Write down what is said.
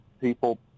people